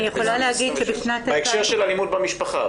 בהקשר של אלימות במשפחה.